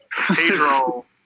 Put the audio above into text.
Pedro